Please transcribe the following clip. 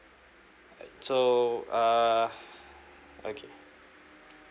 so uh okay